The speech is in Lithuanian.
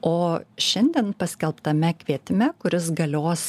o šiandien paskelbtame kvietime kuris galios